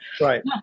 Right